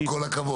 עם כל הכבוד.